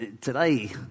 today